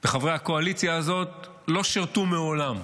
מחברי הקואליציה הזאת לא שירתו מעולם.